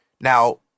Now